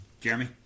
Jeremy